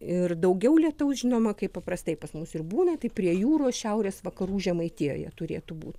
ir daugiau lietaus žinoma kaip paprastai pas mus ir būna tai prie jūros šiaurės vakarų žemaitijoje turėtų būt